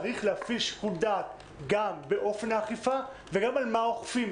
צריך להפעיל שיקול דעת גם באופן האכיפה וגם על מה אוכפים,